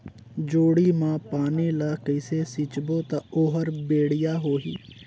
जोणी मा पानी ला कइसे सिंचबो ता ओहार बेडिया होही?